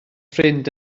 ffrind